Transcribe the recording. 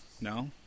No